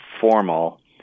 formal